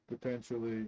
potentially